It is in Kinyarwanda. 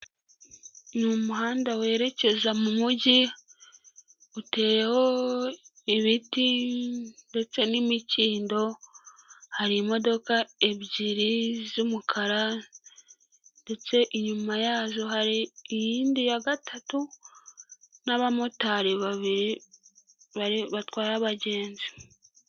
Ni umuhanda werekeza mu mujyi, uteyeho ibiti ndetse n'imikindo, hari imodoka ebyiri z'umukara, ndetse inyuma yazo hari iyindi ya gatatu, n'abamotari babiri, batwaye abagenzi.